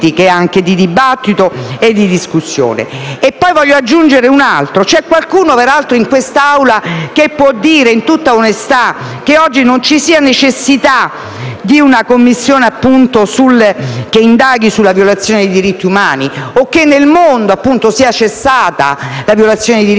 Voglio aggiungere un altro punto. C'è qualcuno in quest'Assemblea che possa dire in tutta onestà che oggi non ci sia necessità di una Commissione che indaghi sulla violazione dei diritti umani, o che nel mondo sia cessata la violazione dei diritti umani?